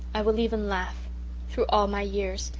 i will even laugh through all my years,